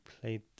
played